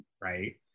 right